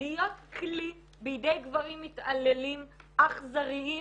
להיות כלי בידי גברים מתעללים אכזריים,